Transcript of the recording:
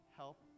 help